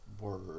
word